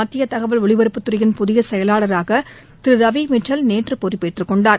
மத்திய தகவல் ஒலிபரப்புத்துறையின் புதிய செயலாளராக திரு ரவி மிட்டல் நேற்று பொறுப்பேற்றுக்கொண்டார்